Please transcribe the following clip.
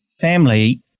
family